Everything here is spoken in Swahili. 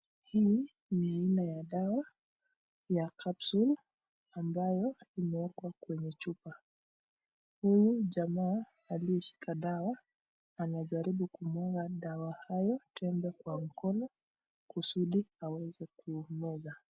Hii ni aina ya dawa ya capsules ambayo imewekwa kwenye chupa. Huyu jamaa aliyeshika dawa anajaribu kumwaga dawa hayo tembe kwa mkono kusudi aweze kumeza